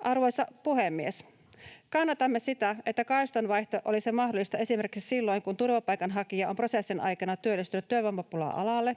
Arvoisa puhemies! Kannatamme sitä, että kaistanvaihto olisi mahdollista esimerkiksi silloin, kun turvapaikanhakija on prosessin aikana työllistynyt työvoimapula-alalle,